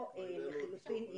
או לחילופין,